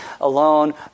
alone